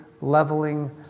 leveling